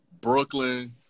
Brooklyn